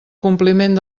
compliment